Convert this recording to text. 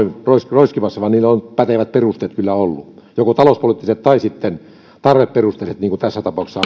roiskimassa vaan niihin on pätevät perusteet kyllä ollut joko talouspoliittiset tai sitten tarveperusteiset niin kuin tässä tapauksessa